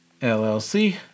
LLC